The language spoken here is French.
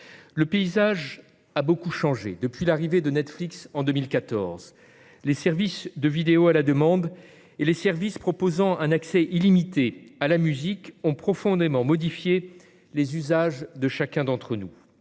Le paysage a beaucoup changé depuis l'arrivée de Netflix en 2014. Les services de vidéo à la demande et les services proposant un accès illimité à la musique ont profondément modifié les usages de chacun d'entre nous.